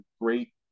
great